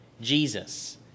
Jesus